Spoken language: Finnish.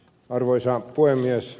arvoisa puhemies